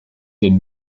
den